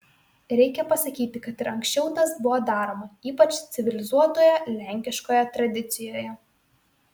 reikia pasakyti kad ir anksčiau tas buvo daroma ypač civilizuotoje lenkiškoje tradicijoje